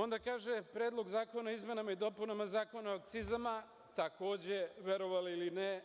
Onda kaže, Predlog zakona o izmenama i dopunama Zakona o akcizama, takođe, verovali ili ne,